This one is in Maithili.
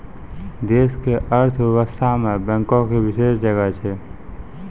देश के अर्थव्यवस्था मे बैंको के विशेष जगह छै